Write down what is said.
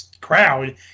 crowd